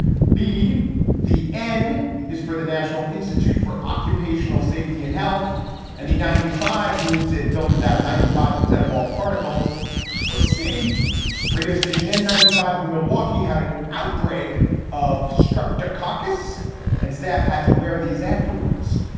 b the n is for the national institute for occupational safety and health and the ninety five means it filters out ninety five percent of all particles or c radiostation and five in milwaukee had an outbreak of streptococcus and staff had to wear these afterwards.